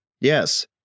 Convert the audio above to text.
Yes